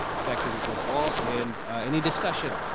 second is ms. wall and any discussion?